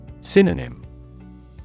Synonym